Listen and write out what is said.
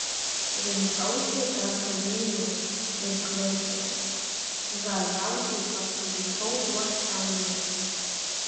rinkausi tarp vilniaus ir klaipėdos galiausiai pasirinkau uostamiestį